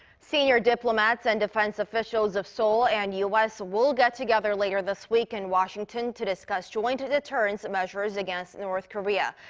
senior diplomats and defense officials of seoul and u s. will get together later this week in washington to discuss joint deterrrence measures against north korea.